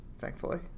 thankfully